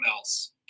else